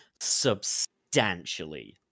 substantially